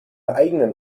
eigenen